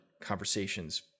conversations